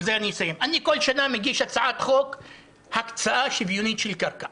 בזה אסיים: כל שנה אני מגיש הצעת חוק הקצאה שוויונית של קרקע